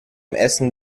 essen